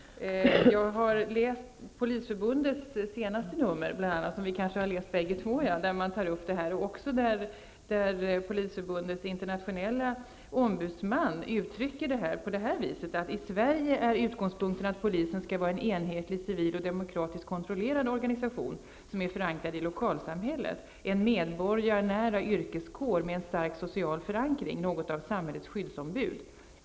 Jag har läst det senaste numret av Svenska Polisförbundets tidning -- det har vi kanske gjort bägge två -- där man tar upp detta. Polisförbundets internationella ombudsman uttrycker sig där på följande sätt: ''I Sverige är utgångspunkten att polisen ska vara en enhetlig civil och demokratiskt kontrollerad organisation som är förankrad i lokalsamhället. En medborgarnära yrkeskår med en stark social förankring -- något av samhällets skyddsombud.